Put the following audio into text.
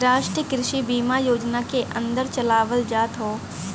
राष्ट्रीय कृषि बीमा योजना के अन्दर चलावल जात हौ